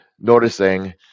noticing